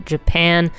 Japan